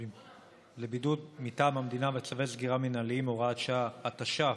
לבידוד מטעם המדינה וצווי סגירה מינהליים) (הוראת שעה),